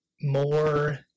more